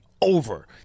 over